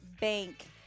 Bank